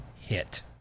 hit